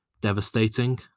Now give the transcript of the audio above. devastating